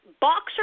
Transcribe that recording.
boxer